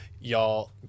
y'all